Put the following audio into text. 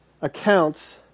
accounts